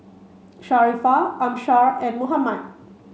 Sharifah Amsyar and Muhammad